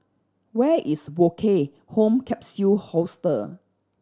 where is Woke Home Capsule Hostel